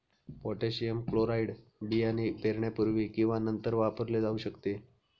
potassium chloride बियाणे पेरण्यापूर्वी किंवा नंतर वापरले जाऊ शकते